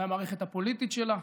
על המערכת הפוליטית שלה,